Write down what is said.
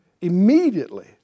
Immediately